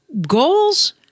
goals